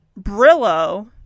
Brillo